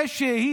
זה שהיא